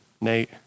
Nate